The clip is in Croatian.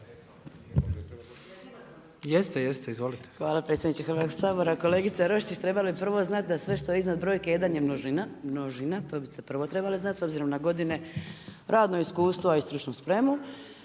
Je, je, izvolite.